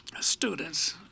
students